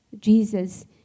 Jesus